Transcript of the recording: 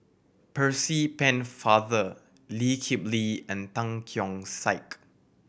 Percy Pennefather Lee Kip Lee and Tan Keong Saik